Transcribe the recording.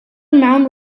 mound